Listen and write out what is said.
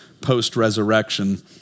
post-resurrection